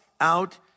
out